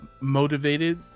motivated